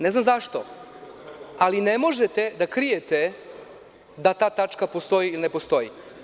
Ne znam zašto, ali ne možete da krijete da ta tačka postoji ili ne postoji.